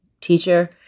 teacher